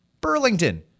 Burlington